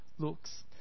Looks